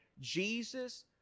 Jesus